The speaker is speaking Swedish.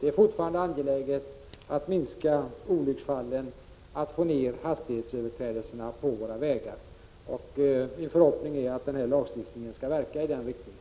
Det är fortfarande angeläget att minska antalet olycksfall och att få ned antalet hastighetsöverträdelser på våra vägar. Det är min förhoppning att den här lagstiftningen skall verka i den riktningen.